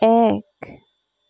এক